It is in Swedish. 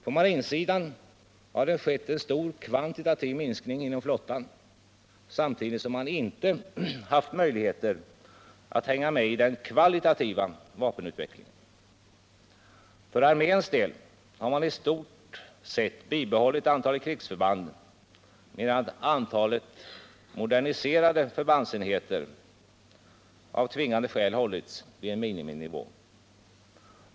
På marinsidan har det skett en stor kvantitativ minskning inom flottan, samtidigt som man inte haft möjligheter att hänga med i den kvalitativa vapenutvecklingen. För arméns del har man i stort sett bibehållit antalet krigsförband, medan antalet moderniserade förbandsenheter av tvingande skäl hållits vid en miniminivå.